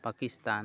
Pakistan